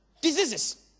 diseases